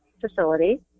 facility